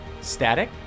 Static